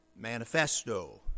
manifesto